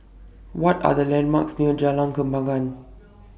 What Are The landmarks near Jalan Kembangan